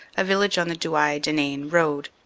a village on the douai-denain road.